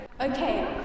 Okay